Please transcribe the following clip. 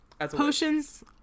Potions